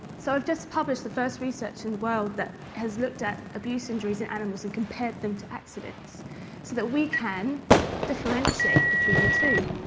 so i've just published the first research in the world that has looked at abuse injuries in animals and compared them to accidents so that we can differentiate between the two.